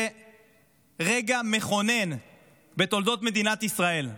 זה רגע מכונן בתולדות מדינת ישראל.